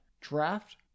Draft